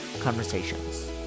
conversations